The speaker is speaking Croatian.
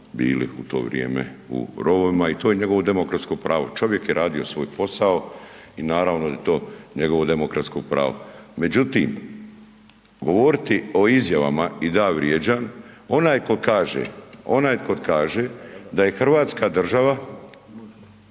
bili u to vrijeme u rovovima i to je njegovo demokratsko pravo. Čovjek je radio svoj posao i naravno da je to demografsko pravo. Međutim, govoriti o izjavama i da ja vrijeđan onaj ko kaže, onaj ko kaže da je Hrvatska država